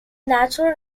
natural